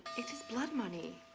it is blood money.